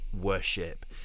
worship